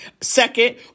second